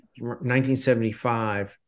1975